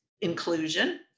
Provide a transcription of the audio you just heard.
inclusion